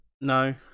No